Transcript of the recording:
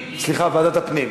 ועדת הפנים.